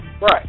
Right